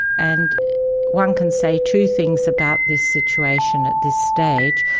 and one can say two things about this situation at this stage.